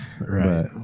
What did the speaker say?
Right